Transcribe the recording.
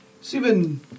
Seven